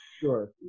sure